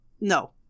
No